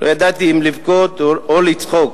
לא ידעתי אם לבכות או לצחוק.